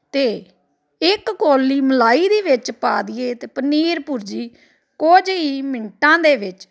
ਅਤੇ ਇੱਕ ਕੋਲੀ ਮਲਾਈ ਦੀ ਵਿੱਚ ਪਾ ਦੇਈਏ ਤਾਂ ਪਨੀਰ ਭੁਰਜੀ ਕੁਝ ਹੀ ਮਿੰਟਾਂ ਦੇ ਵਿੱਚ